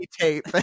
tape